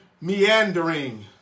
meandering